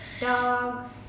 dogs